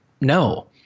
no